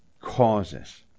causes